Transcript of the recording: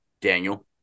Daniel